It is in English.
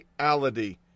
reality